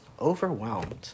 overwhelmed